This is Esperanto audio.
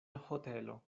hotelo